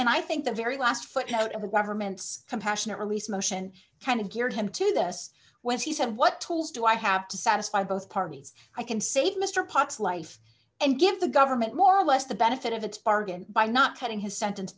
and i think the very last footnote of the government's compassionate release motion kind of geared him to this when he said what tools do i have to satisfy both parties i can save mr potts life and give the government more or less the benefit of its bargain by not having his sentence